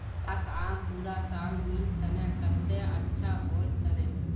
काश, आम पूरा साल मिल तने कत्ते अच्छा होल तने